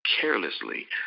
carelessly